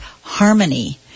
harmony